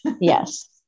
Yes